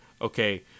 okay